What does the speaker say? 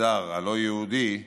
למגזר הלא-יהודי 2,000,